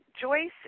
Joyce